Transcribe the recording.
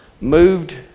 Moved